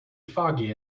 foggy